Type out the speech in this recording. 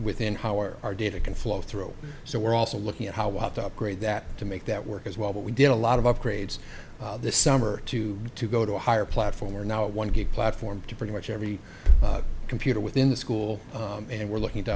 within our our data can flow through so we're also looking at how we have to upgrade that to make that work as well but we did a lot of upgrades this summer to to go to a higher platform are now one good platform to pretty much every computer within the school and we're looking to